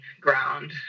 ground